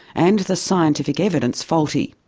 and the scientific evidence faulty.